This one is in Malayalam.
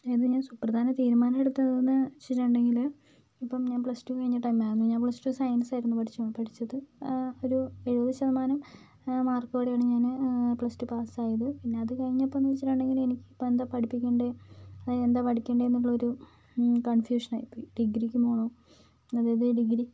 ഇന്ന് ഞാൻ സുപ്രധാന തീരുമാനം എടുത്തത് എന്ന് വെച്ചിട്ടുണ്ടെങ്കില് ഇപ്പോൾ ഞാൻ പ്ലസ്ടു കഴിഞ്ഞിട്ട് ഞാൻ പ്ലസ് ടു സയൻസ് ആയിരുന്നു പഠിച്ചു പഠിച്ചത് ഒരു എഴുപത് ശതമാനം മാർക്കോടെയാണ് ഞാന് പ്ലസ് ടു പാസായത് പിന്നെ അത് കഴിഞ്ഞപ്പോൾ എന്ന് വെച്ചിട്ടുണ്ടെങ്കില് എനിക്ക് ഇപ്പോൾ എന്തോ പഠിപ്പിക്കേണ്ടത് അതായത് എന്താ പഠിക്കേണ്ടത് എന്നുള്ള ഒരു കൺഫ്യൂഷൻ ആയി പോയി ഡിഗ്രിക്ക് പോകണോ അതായത് ഡിഗ്രി